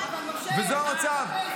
--- זה המצב.